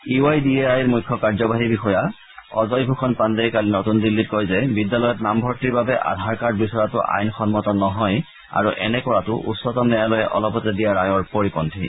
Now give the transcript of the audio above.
U I D A আইৰ মুখ্য কাৰ্যবাহী বিষয়া অজয় ভূষণ পাণ্ডেই কালি নতুন দিল্লীত কয় যে বিদ্যালয়ত নামভৰ্তিৰ বাবে আধাৰ কাৰ্ড বিচৰাটো আইনসম্মত নহয় আৰু এনে কৰাটো উচ্চতম ন্যায়ালয়ে অলপতে দিয়া ৰায়ৰ পৰিপন্থী